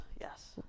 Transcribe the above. Yes